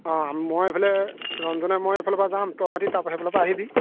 অ মই এইফালে ৰঞ্জনে ময়ে এইফালৰ পৰা যাম তহঁতি তাৰপৰা সেইফালৰ পৰা আহিবি